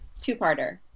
two-parter